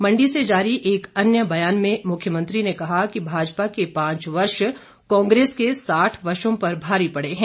मंडी से जारी एक अन्य ब्यान में मुख्यमंत्री ने कहा कि भाजपा के पांच वर्ष कांग्रेस के साठ वर्षो पर भारी पड़े हैं